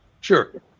Sure